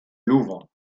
louvre